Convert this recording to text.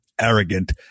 arrogant